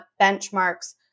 benchmarks